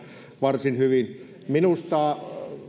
varsin hyvin minusta